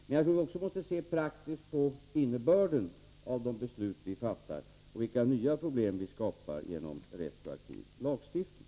Men jag tror också att vi måste se praktiskt på innebörden av de beslut vi fattar och vilka nya problem vi skapar genom retroaktiv lagstiftning.